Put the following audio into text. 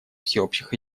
всеобщих